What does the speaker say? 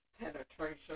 penetration